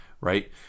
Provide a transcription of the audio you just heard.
Right